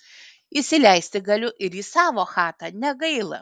įsileisti galiu ir į savo chatą negaila